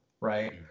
right